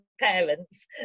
parents